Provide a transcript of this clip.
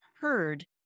heard